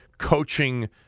coaching